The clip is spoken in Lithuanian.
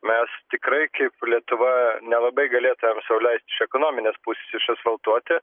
mes tikrai kaip lietuva nelabai galėtumėm sau leist iš ekonominės pusės išasfaltuoti